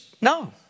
No